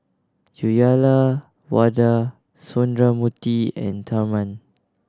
Uyyalawada Sundramoorthy and Tharman